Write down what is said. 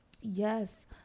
yes